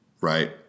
right